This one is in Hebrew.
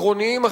עקרוניים אחרים.